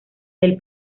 del